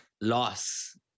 loss